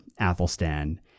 Athelstan